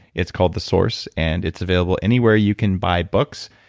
it's called the source, and it's available anywhere you can buy books.